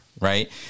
right